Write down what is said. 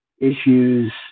issues